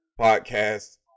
podcast